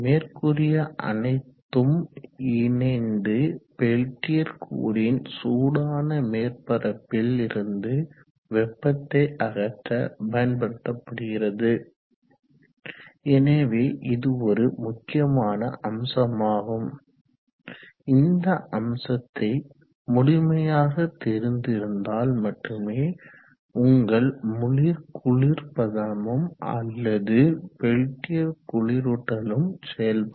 மேற்கூறிய அனைத்தும் இணைந்து பெல்டியர் கூறின் சூடான மேற்பரப்பில் இருந்து வெப்பத்தை அகற்ற பயன்படுத்தப்படுகிறது எனவே இது ஒரு முக்கியமான அம்சமாகும் இந்த அம்சத்தை முழுமையாக தெரிந்து இருந்தால் மட்டுமே உங்கள் முழு குளிர்பதனமும் அல்லது பெல்டியர் குளிரூட்டலும் செயல்படும்